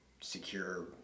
secure